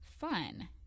fun